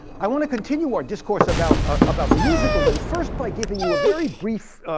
i want to continue our discourse about ah about the musical then, first by giving you a very brief